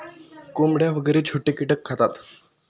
कोंबड्या वगैरे छोटे कीटक खातात